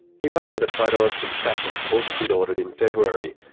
he posted a photo of some fascist books he'd ordered in february,